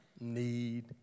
need